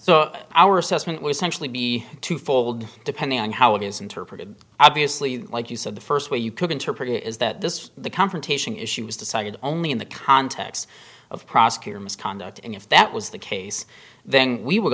so our assessment was actually be two fold depending on how it is interpreted obviously like you said the first way you could interpret it is that this confrontation issue was decided only in the context of prosecutor misconduct and if that was the case then we would